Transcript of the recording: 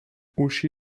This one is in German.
uschi